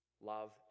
love